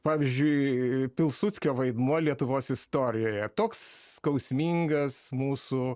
pavyzdžiui pilsudskio vaidmuo lietuvos istorijoje toks skausmingas mūsų